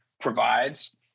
provides